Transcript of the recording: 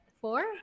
four